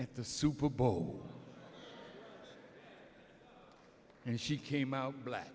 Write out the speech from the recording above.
at the super bowl and she came out black